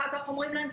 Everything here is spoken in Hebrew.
אחר כך אומרים להם,